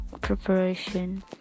preparation